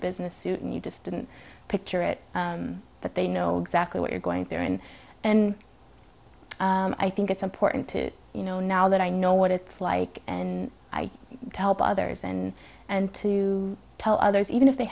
business suit and you just didn't picture it but they know exactly what you're going and through and i think it's important to you know now that i know what it's like and i help others and and to tell others even if they